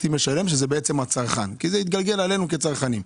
משלם וזה בעצם הצרכן כי זה מתגלגל עלינו כצרכנים.